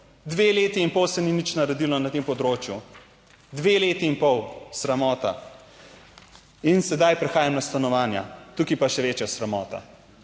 Dve leti in pol se ni nič naredilo na tem področju. Dve leti in pol sramota. In sedaj prehajam na stanovanja. Tukaj pa je še večja sramota.